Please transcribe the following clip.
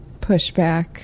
pushback